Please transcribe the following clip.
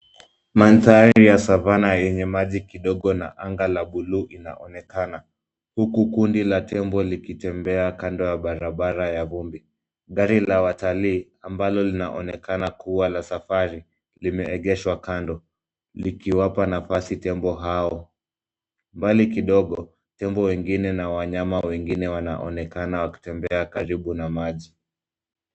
Mandhari ya savannah yenye maji kidogo na anga la bluu inaonekana. Huku kundi la tembo likitembea kando ya barabara ya vumbi. Gari la watalii, ambalo linaonekana kuwa la safari, limeegeshwa kando. Likiwapa nafasi tembo hao. Mbali kidogo, tembo wengine na wanyama wengine wanaonekana wakitembea karibu na maji.